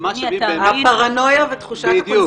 על הפרנויה ותחושת הקונספירציה.